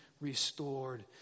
restored